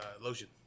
lotion